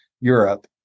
Europe